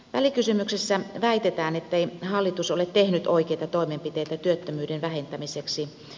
välikysymyksessä väitetään ettei hallitus ole tehnyt oikeita toimenpiteitä työttömyyden vähentämiseksi